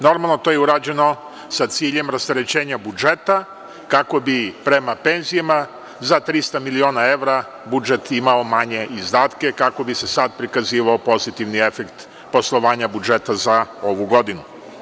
Normalno to je urađeno sa ciljem rasterećena budžeta kako bi prema penzijama za 300 miliona evra budžet imao manje izdatke kako bi se sada prikazivao pozitivan efekt poslovanja budžeta za ovu godinu.